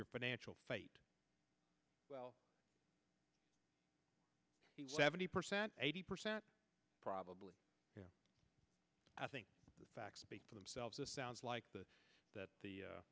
your financial fate well seventy percent eighty percent probably i think the facts speak for themselves it sounds like the that the